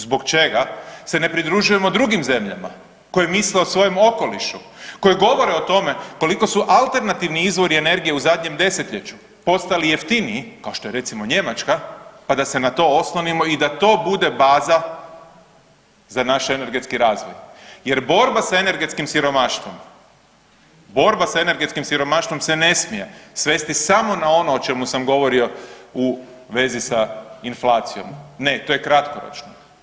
Zbog čega se ne pridružujemo drugim zemljama koje misle o svojem okolišu, koje govore o tome koliko su alternativni izvori energije u zadnjem 10-ljeću postali jeftiniji kao što je recimo Njemačka, pa da se na to oslonimo i da to bude baza za naš energetski razvoj jer borba s energetskim siromaštvom, borba s energetskim siromaštvom se ne smije svesti samo na ono o čemu sam govorio u vezi sa inflacijom, ne to je kratkoročno.